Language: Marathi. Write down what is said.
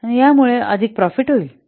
तर यामुळे अधिक प्रॉफिट होईल